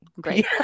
great